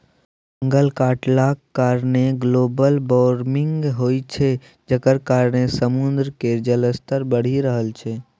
जंगल कटलाक कारणेँ ग्लोबल बार्मिंग होइ छै जकर कारणेँ समुद्र केर जलस्तर बढ़ि रहल छै